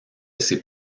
ses